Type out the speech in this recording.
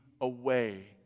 away